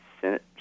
senate